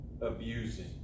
abusing